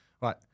Right